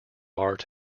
art